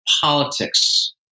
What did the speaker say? politics